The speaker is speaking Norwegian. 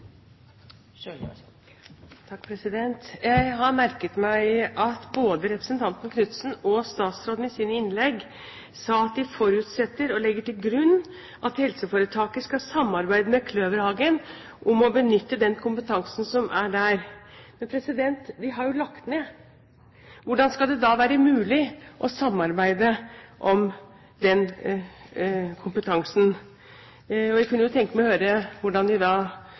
Jeg har merket meg at både representanten Knutsen og statsråden i sine innlegg sa at de forutsetter og legger til grunn at helseforetaket skal samarbeide med Kløverhagen om å benytte den kompetansen som er der. Men de har jo lagt ned. Hvordan skal det da være mulig å samarbeide om den kompetansen? Jeg kunne tenke meg å høre hvordan de